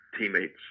teammates